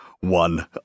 one